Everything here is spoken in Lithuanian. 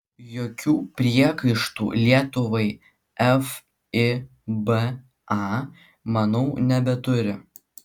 jokių priekaištų lietuvai fiba manau nebeturi